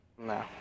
No